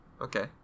Okay